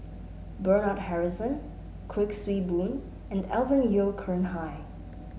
Bernard Harrison Kuik Swee Boon and Alvin Yeo Khirn Hai